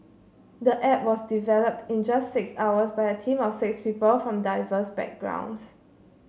the app was developed in just six hours by a team of six people from diverse backgrounds